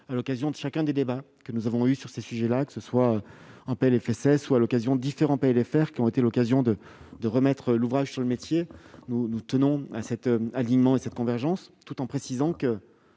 à l'occasion de chacun des débats que nous avons eus à ce sujet, que ce soit en PLFSS ou lors des différents PLFR, autant d'occasions de remettre l'ouvrage sur le métier ! Nous tenons à cet alignement et à cette convergence, tout en précisant qu'une